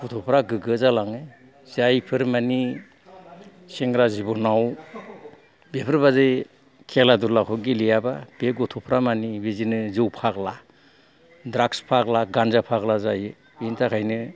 गथ'फ्रा गोगो जालाङो जायफोर मानि सेंग्रा जिबनाव बेफोरबायदि खेला दुलाखौ गेलेयाबा बे गथ'फ्रा मानि बिदिनो जौ फाग्ला द्राग्स फाग्ला गानजा फाग्ला जायो बेनि थाखायनो